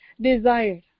desired